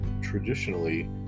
traditionally